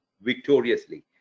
victoriously